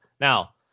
Now